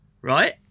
right